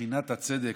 טחינת הצדק,